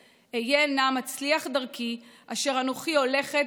/ היה נא מצליח דרכי / אשר אנוכי הולכת